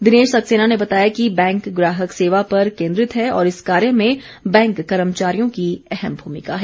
दिनेश सक्सेना ने बताया कि बैंक ग्राहक सेवा पर केन्द्रित है और इस कार्य में बैंक कर्मचारियों की अहम भूमिका है